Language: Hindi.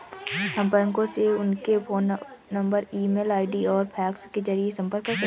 हम बैंकों से उनके phone number email ID और फैक्स के जरिए संपर्क कर सकते हैं